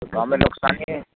तऽ गाममे नुकसानी